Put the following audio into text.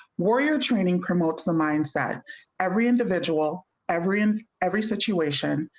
warrior training promotes the mindset every individual every in every situation.